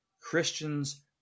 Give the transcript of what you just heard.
Christians